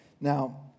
Now